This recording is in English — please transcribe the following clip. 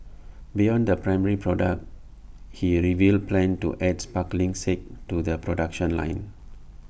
beyond the primary product he revealed plans to adds sparkling sake to the production line